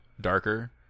darker